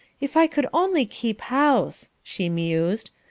if i could only keep house, she mused.